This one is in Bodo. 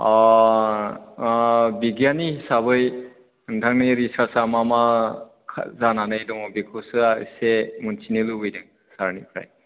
ओ ओ बिगियानि हिसाबै नोंथांनि रिचार्जआ मामा जानानै दङ बेखौसो आरो एसे मोन्थिनो लुबैदों सारनिफ्राय